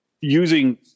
using